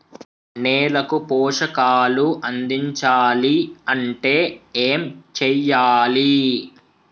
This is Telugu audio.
నేలకు పోషకాలు అందించాలి అంటే ఏం చెయ్యాలి?